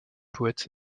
poètes